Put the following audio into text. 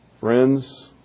friends